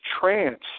trance